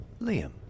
Liam